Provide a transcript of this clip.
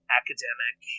academic